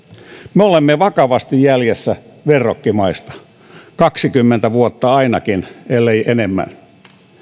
me olemme vakavasti jäljessä verrokkimaista kaksikymmentä vuotta ainakin ellei enemmän